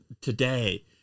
today